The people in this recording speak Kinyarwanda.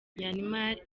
myanmar